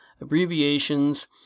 abbreviations